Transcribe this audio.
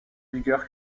vigueur